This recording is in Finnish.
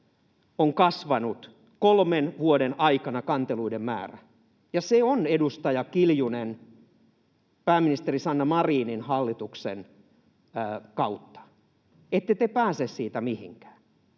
on kasvanut kolmen vuoden aikana kanteluiden määrä — ja se on, edustaja Kiljunen, pääministeri Sanna Marinin hallituksen kautta. Ette te pääse siitä mihinkään